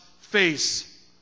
face